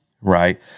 right